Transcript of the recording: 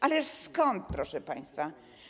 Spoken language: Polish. Ależ skąd, proszę państwa.